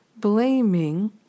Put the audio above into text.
blaming